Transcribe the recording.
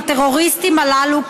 הטרוריסטים הללו,